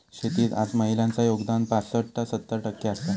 शेतीत आज महिलांचा योगदान पासट ता सत्तर टक्के आसा